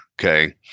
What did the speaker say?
Okay